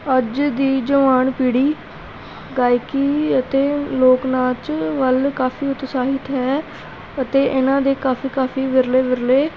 ਅੱਜ ਦੀ ਜਵਾਨ ਪੀੜ੍ਹੀ ਗਾਇਕੀ ਅਤੇ ਲੋਕ ਨਾਚ ਵੱਲ ਕਾਫ਼ੀ ਉਤਸ਼ਾਹਿਤ ਹੈ ਅਤੇ ਇਹਨਾਂ ਦੇ ਕਾਫ਼ੀ ਕਾਫ਼ੀ ਵਿਰਲੇ ਵਿਰਲੇ